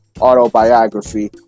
Autobiography